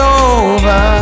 over